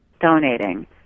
donating